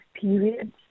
period